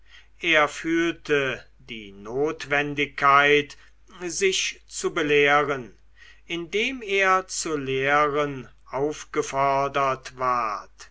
er fühlte die notwendigkeit sich zu belehren indem er zu lehren aufgefordert ward